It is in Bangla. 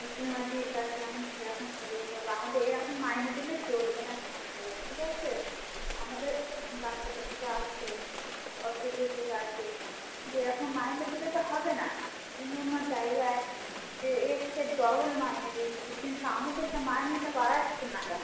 তো সীমা দির কাছে আমি সেরকমভাবেই বলবো আমাদের এরকম মাইনে দিলে চলবে না সবসময় ঠিক আছে আমাদেরও তো বাচ্চা কাচ্চা আছে অসুখ বিসুখ আছে কিন্তু এরকম মাইনে দিলে তো হবে না অন্য অন্য জায়গায় যে এর চেয়ে ডবল মাইনে দিচ্ছে কিন্তু আমাদেরটা মাইনেটা বাড়াচ্ছে না কেন